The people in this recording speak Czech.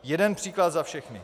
Jeden příklad za všechny...